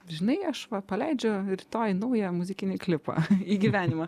žinai aš va paleidžiu rytoj naują muzikinį klipą į gyvenimą